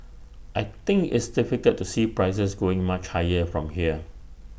I think it's difficult to see prices going much higher from here